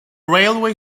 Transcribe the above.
railway